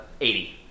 eighty